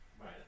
right